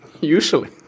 Usually